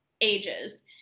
ages